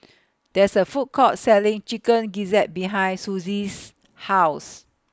There IS A Food Court Selling Chicken Gizzard behind Susie's House